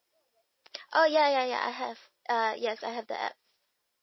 oh ya ya ya I have uh yes I have the app